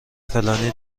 فلانی